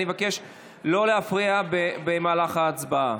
אני אבקש לא להפריע במהלך ההצבעה.